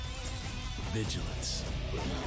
vigilance